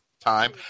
time